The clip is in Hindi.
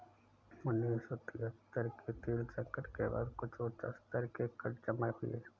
उन्नीस सौ तिहत्तर के तेल संकट के बाद कुछ उच्च स्तर के कर्ज जमा हुए